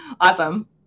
Awesome